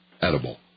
edible